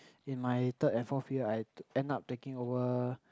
in my third and fourth year I end up taking over